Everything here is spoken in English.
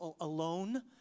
alone